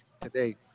today